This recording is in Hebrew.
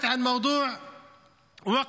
מיקי לוי, בבקשה,